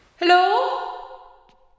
Hello